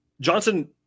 Johnson